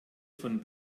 von